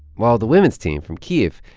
while the women's team from kyiv,